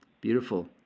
Beautiful